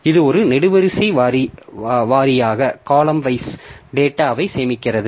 இது ஒரு நெடுவரிசை வாரியாக டேட்டாவை சேமிக்கிறது